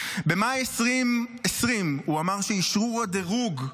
במאי 2020 הוא אמר שאשרור הדירוג,